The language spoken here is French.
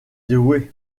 douée